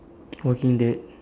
walking dead